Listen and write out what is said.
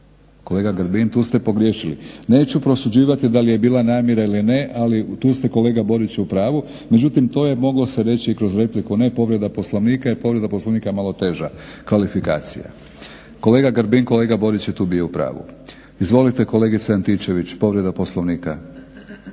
Kolega Grbin tu ste pogriješili. Neću prosuđivati da li je bila namjera ili ne, ali tu ste kolega Boriću u pravu. Međutim, to je moglo se reći i kroz repliku ne povreda Poslovnika jer povreda Poslovnika je malo teža kvalifikacija. Kolega Grbin, kolega Borić je tu bio u pravu. Izvolite kolegice Antičević povreda Poslovnika.